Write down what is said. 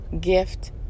gift